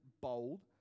bold